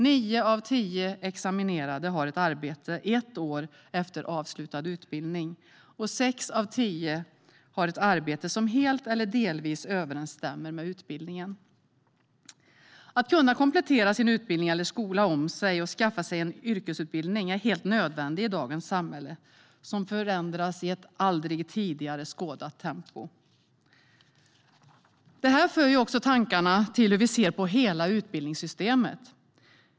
Nio av tio examinerade har ett arbete ett år efter avslutad utbildning, och sex av tio har ett arbete som helt eller delvis överensstämmer med utbildningen. Att kunna komplettera sin utbildning eller skola om sig och skaffa sig en yrkesutbildning är helt nödvändigt i dagens samhälle, som förändras i ett aldrig tidigare skådat tempo. Detta för också tankarna till hur vi ser på hela utbildningssystemet.